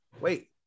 Wait